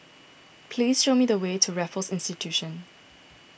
please show me the way to Raffles Institution